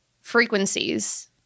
frequencies